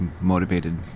motivated